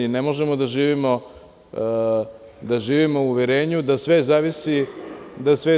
Ne možemo da živimo u uverenju da sve zavisi od nas.